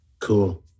Cool